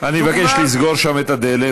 אני מבקש לסגור שם את הדלת.